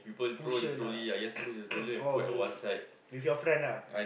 lah oh okay okay with your friend lah